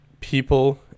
people